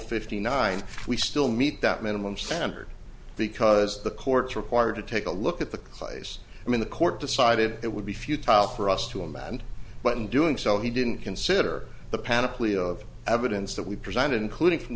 fifty nine we still meet that minimum standard because the court required to take a look at the clays i mean the court decided it would be futile for us to a man but in doing so he didn't consider the panoply of evidence that we presented including from